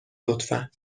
لطفا